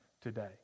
today